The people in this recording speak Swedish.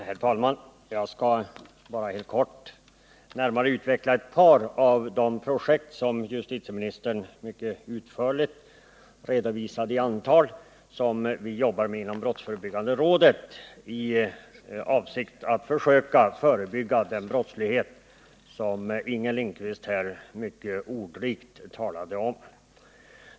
Herr talman! Jag skall bara helt kort närmare utveckla ett par av de projekt som justitieministern mycket utförligt redovisat i antal och som vi jobbar med inom brottsförebyggande rådet i avsikt att försöka förebygga den brottslighet som Inger Lindquist mycket ordrikt talade om.